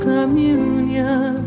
communion